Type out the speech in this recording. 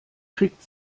kriegt